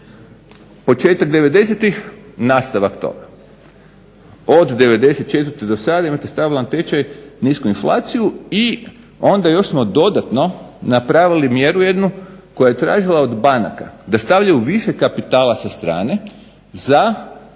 devedesetih nastavak toga, od '94.do sada imate stabilan tečaj nisku inflaciju i onda još smo dodatno napravili mjeru jednu koja je tražila od banaka da stavljaju više kapitala sa strane da